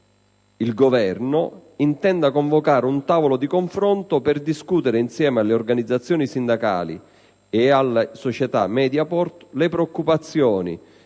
il Governo intenda convocare un tavolo di confronto per discutere insieme alle organizzazioni sindacali e alla società Mediaport le preoccupazioni